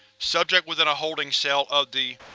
subject was in a holding cell of the